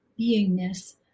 beingness